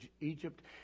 Egypt